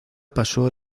pasó